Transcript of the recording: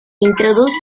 introduce